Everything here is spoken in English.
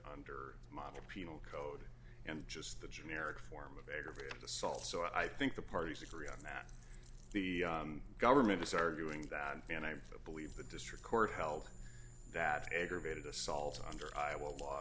the penal code and just the generic form of aggravated assault so i think the parties agree on that the government is arguing that and i believe the district court held that aggravated assault under iowa law